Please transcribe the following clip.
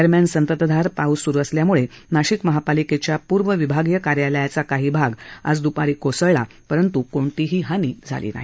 दरम्यान संततधार सुरू असल्याने नाशिक महापालिकेच्या पूर्व विभागीय कार्यालयाचा काही भाग आज द्पारी कोसळला परंत् कोणतीही हानी झाली नाही